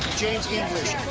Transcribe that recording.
james english,